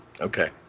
Okay